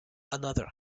another